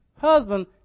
husband